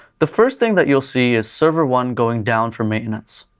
the first thing that you'll see is server one going down for maintenance,